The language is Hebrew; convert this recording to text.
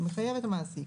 זה מחייב את המעסיק.